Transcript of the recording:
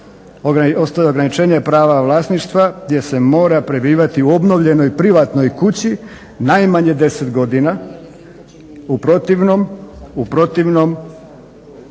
ostaje ograničenje prava vlasništva gdje se mora prebivati u obnovljenoj privatnoj kući najmanje 10 godina, u protivnom se ona dakle